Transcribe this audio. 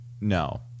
No